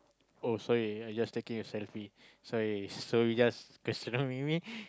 oh so you're just taking a selfie so you so you just questioning me